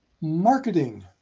marketing